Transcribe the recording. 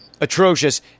atrocious